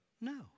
No